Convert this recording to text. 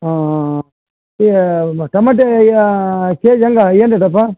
ಹ್ಞೂ ಟೊಮೆಟೊ ಯಾ ಕೆಜ್ ಹೆಂಗ ಏನು ರೇಟಪ್ಪಾ